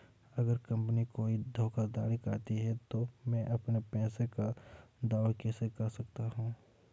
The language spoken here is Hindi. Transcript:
अगर कंपनी कोई धोखाधड़ी करती है तो मैं अपने पैसे का दावा कैसे कर सकता हूं?